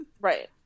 Right